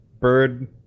Bird